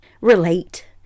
relate